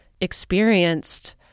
experienced